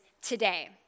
today